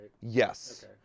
Yes